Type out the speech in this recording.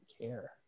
care